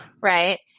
right